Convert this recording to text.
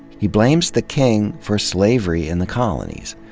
he blames the king for slavery in the colonies.